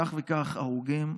כך וכך הרוגים,